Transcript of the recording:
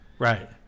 Right